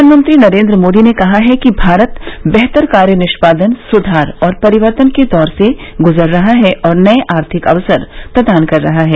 प्रधानमंत्री नरेंद्र मोदी ने कहा है कि भारत बेहतर कार्य निष्पादन सुधार और परिवर्तन के दौर से गुजर रहा है और नए आर्थिक अवसर प्रदान कर रहा है